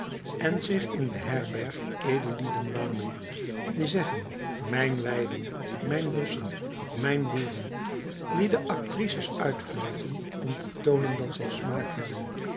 en zich in de herberg edellieden wanen die zeggen mijn weiden mijn bosschen mijn boeren die de actrices uitfluiten om te toonen dat zij smaak hebben